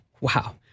Wow